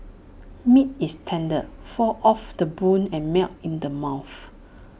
meat is tender falls off the bone and melts in the mouth